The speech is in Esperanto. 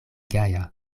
gaja